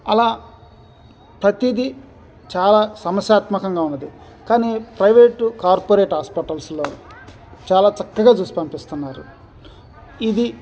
అలా ప్రతిది చాలా సమస్యాత్మకంగా ఉంది కానీ ప్రైవేటు కార్పొరేట్ హాస్పిటల్స్లో చాలా చక్కగా చూసి పంపిస్తున్నారు ఇది